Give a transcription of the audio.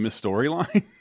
storyline